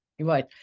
right